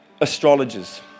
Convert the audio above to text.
astrologers